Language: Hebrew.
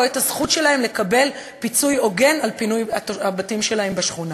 את הזכות שלהם לקבל פיצוי הוגן על פינוי הבתים שלהם בשכונה.